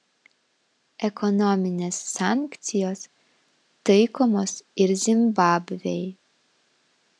ekonominės sankcijos taikomos ir zimbabvei